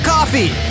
Coffee